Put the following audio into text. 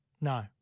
No